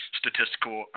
statistical